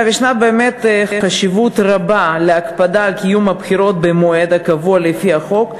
יש באמת חשיבות רבה להקפדה על קיום הבחירות במועד הקבוע לפי החוק,